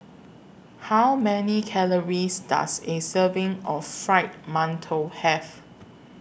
How Many Calories Does A Serving of Fried mantou Have